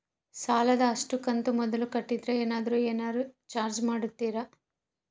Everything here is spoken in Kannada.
ಸಾಲದ ಅಷ್ಟು ಕಂತು ಮೊದಲ ಕಟ್ಟಿದ್ರ ಏನಾದರೂ ಏನರ ಚಾರ್ಜ್ ಮಾಡುತ್ತೇರಿ?